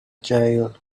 jail